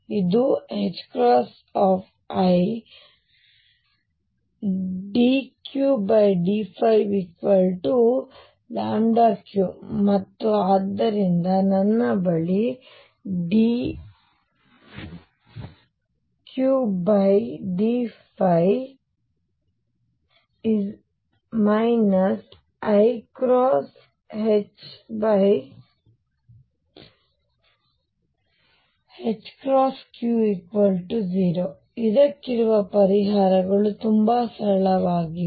ಇದು idQdϕλ Q ಮತ್ತು ಆದ್ದರಿಂದ ನನ್ನ ಬಳಿ dQdϕ iλQ0 ಇದಕ್ಕಿರುವ ಪರಿಹಾರಗಳು ತುಂಬಾ ಸರಳವಾಗಿದೆ